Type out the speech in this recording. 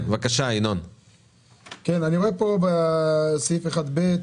אני רואה פה בסעיף 1(ב)